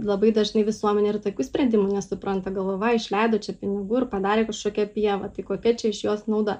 labai dažnai visuomenė ir tokių sprendimų nesupranta galva išleido čia pinigų ir padarė kažkokią pievą tai kokia čia iš jos nauda